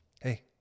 Hey